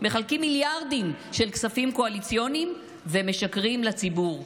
מחלקים מיליארדים של כספים קואליציוניים ומשקרים לציבור.